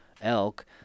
elk